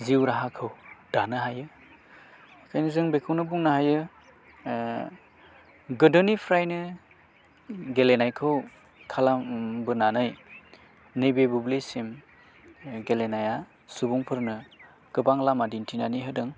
जिउ राहाखौ दानो हायो बेखायनो जों बेखौनो बुंनो हायो गोदोनिफ्रायनो गेलेनायखौ खालामबोनानै नैबे बुब्लिसिम गेलेनाया सुबुंफोरनो गोबां लामा दिन्थिनानै होदों